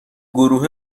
گروه